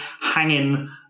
hanging